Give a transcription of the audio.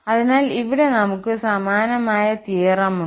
അതിനാൽ ഇവിടെ നമുക്ക് സമാനമായ സിദ്ധാന്തം ഉണ്ട്